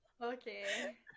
okay